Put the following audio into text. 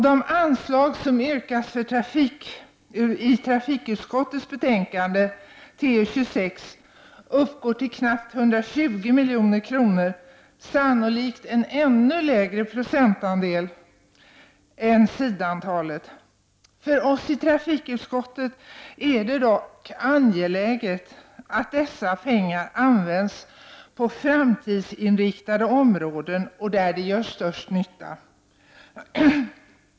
De anslag som yrkas i trafikutskottets betänkande, TU26, uppgår till knappt 120 milj.kr., sannolikt en ännu lägre procentandel än sidantalet. För oss i trafikutskottet är det dock angeläget att dessa pengar används på framtidsinriktade områden och där de gör största nytta.